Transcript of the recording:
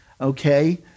okay